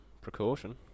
precaution